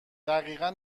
دقیقا